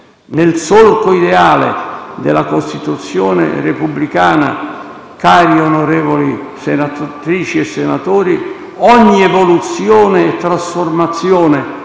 Nel solco ideale della Costituzione repubblicana, cari onorevoli senatrici e senatori, ogni evoluzione e trasformazione